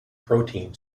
protein